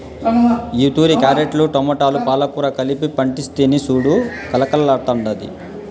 ఈతూరి క్యారెట్లు, టమోటాలు, పాలకూర కలిపి పంటేస్తిని సూడు కలకల్లాడ్తాండాది